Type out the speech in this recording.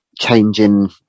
changing